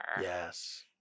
Yes